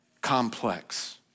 Complex